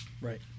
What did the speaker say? Right